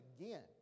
again